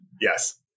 Yes